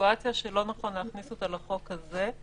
שלא נכון להכניסו לחוק הזה.